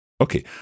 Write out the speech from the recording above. Okay